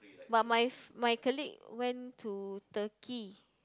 but my my colleague went to Turkey